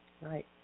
right